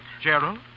Gerald